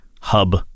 hub